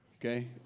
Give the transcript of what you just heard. Okay